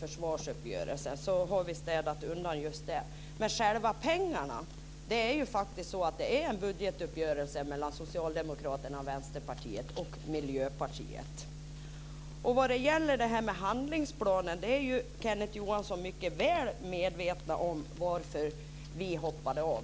försvarsuppgörelsen. Så har vi städat undan det. Men när det gäller själva pengarna är det faktiskt en budgetuppgörelse mellan Vad gäller handlingsplanen är Kenneth Johansson väl medveten om varför vi hoppade av.